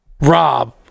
Rob